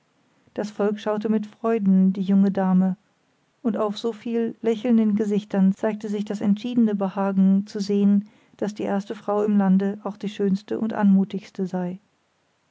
das volk schaute mit freuden die junge dame und auf so viel lächelnden gesichtern zeigte sich das entschiedene behagen zu sehen daß die erste frau im lande auch die schönste und anmutigste sei